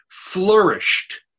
flourished